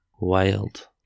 Wild